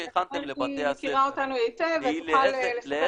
היא מכירה אותנו היטב והיא תוכל לספר